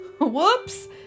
Whoops